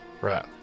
Right